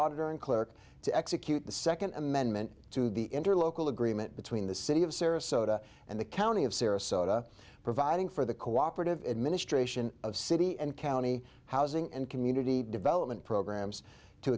auditor and clerk to execute the second amendment to the into a local agreement between the city of sarasota and the county of sarasota providing for the cooperative administration of city and county housing and community development programs to